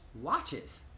watches